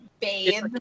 Bathe